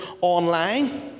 online